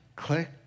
Click